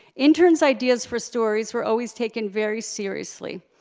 intern's ideas for stories were always taken very seriously.